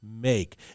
make